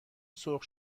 سرخ